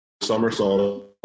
somersault